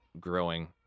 growing